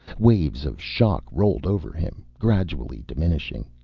waves of shock rolled over him, gradually diminishing.